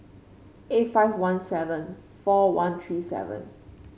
eight five one seven four one three seven